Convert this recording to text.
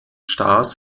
stars